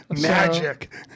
Magic